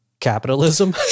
Capitalism